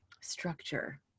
structure